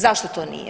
Zašto to nije?